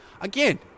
Again